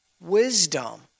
wisdom